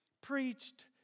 preached